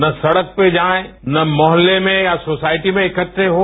ना सड़क पे जायेए ना मोहल्ले में या सोसायटी में इकद्दे हों